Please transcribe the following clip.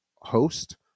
host